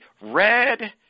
red